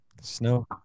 snow